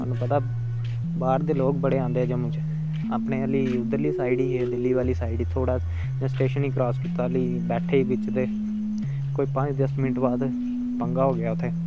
थुहानू पता बाहर दे लोक बडे़ आंदे जम्मू च अपां हल्ली उद्धर आहली साइड ही दिल्ली आहली साइड थोह्ड़ा स्टेशन ही क्रास कीता अजे बेठे हे बिच ते कोई पंज दस मिंट बाद पंगा हो गेआ उत्थै